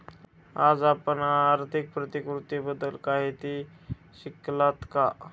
आज आपण आर्थिक प्रतिकृतीबद्दल काही शिकलात का?